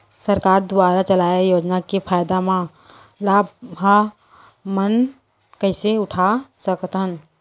सरकार दुवारा चलाये योजना के फायदा ल लाभ ल हमन कइसे उठा सकथन?